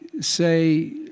say